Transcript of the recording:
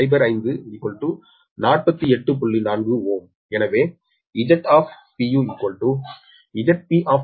4 எனவே ZZpZp eqZpB𝟎